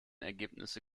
ergebnisse